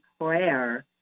prayer